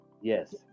Yes